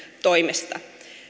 toimesta